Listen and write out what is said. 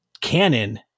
canon